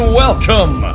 welcome